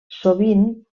sovint